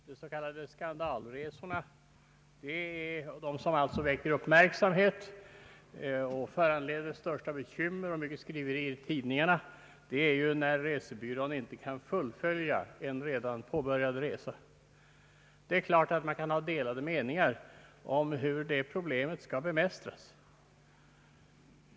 Herr talman! Vad som väcker uppmärksamhet och föranleder det största bekymret och mycket skriverier i tidningarna är de s.k. skandalresorna, resor där resebyråerna inte kan fullfölja en redan påbörjad resa. Man kan naturligivis ha olika meningar om hur detta problem skall bemästras.